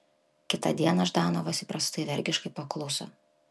kitą dieną ždanovas įprastai vergiškai pakluso